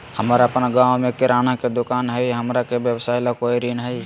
हमर अपन गांव में किराना के दुकान हई, हमरा के व्यवसाय ला कोई ऋण हई?